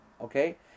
okay